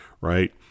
right